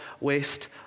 waste